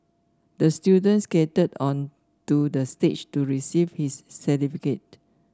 the student skated onto the stage to receive his certificate